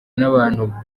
n’abantu